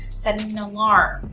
setting an alarm,